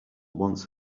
once